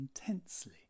intensely